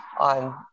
on